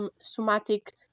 somatic